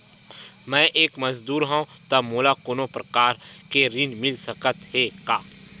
मैं एक मजदूर हंव त मोला कोनो प्रकार के ऋण मिल सकत हे का?